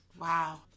Wow